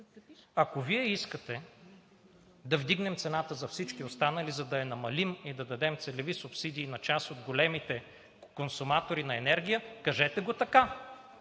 Ако Вие искате, да вдигнем цената за всички останали, за да я намалим и да дадем целеви субсидии на част от големите консуматори на енергия?! Кажете го: да